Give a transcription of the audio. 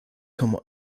como